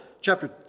chapter